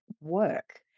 work